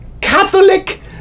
Catholic